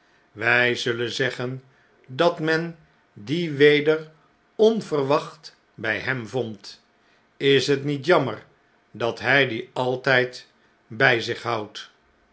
wij zullen zeggen dat men die weder onverwacht bjj hem vond is het niet jammer dat hij die altjjd by zich boudt